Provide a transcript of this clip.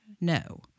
No